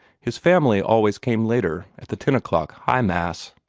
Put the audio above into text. his family always came later, at the ten o'clock high mass.